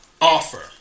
offer